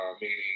meaning